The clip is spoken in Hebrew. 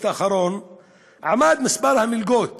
עמד מספר המלגות